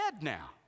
now